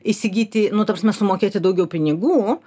įsigyti nu ta prasme sumokėti daugiau pinigų